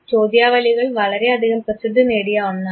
ചോദ്യാവലികൾ വളരെ അധികം പ്രസിദ്ധി നേടിയ ഒന്നാണ്